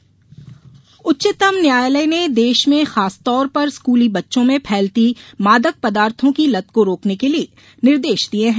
सुको निर्देश उच्चतम न्यायालय ने देश में खासतौर पर स्कूली बच्चों में फैलती मादक पदार्थों की लत को रोकने के निर्देश दिये हैं